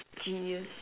genius